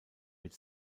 mit